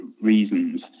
reasons